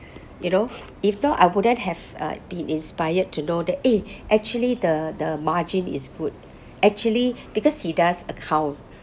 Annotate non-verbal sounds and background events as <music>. <breath> you know if not I wouldn't have uh been inspired to know that eh actually the the margin is good actually because he does account